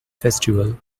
festival